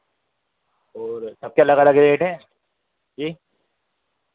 और सबके अलग अलग रेट हैं जी